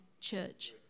church